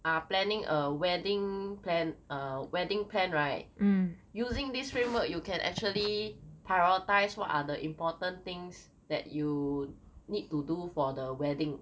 are planning a wedding plan err wedding plan right using this framework you can actually prioritize what are the important things that you need to do for the wedding